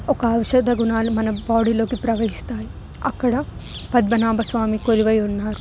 ఒక ఔషధ గుణాలు మన బాడీలోకి ప్రవేశిస్తాయి అక్కడ పద్మనాభ స్వామి కొలువై ఉన్నారు